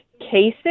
cases